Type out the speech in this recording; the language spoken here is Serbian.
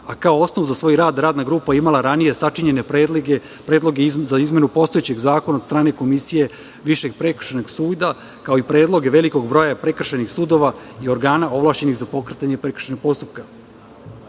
a kao osnov za svoj rad radna grupa je imala ranije sačinjene predloge, predloge za izmenu postojećeg zakona od strane Komisije Višeg prekršajnog suda, kao i predloge velikog broja prekršajnih sudova i organa ovlašćenih za pokretanje prekršajnog postupka. Na